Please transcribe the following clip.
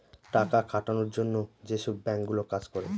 টাকা খাটানোর জন্য যেসব বাঙ্ক গুলো কাজ করে